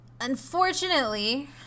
unfortunately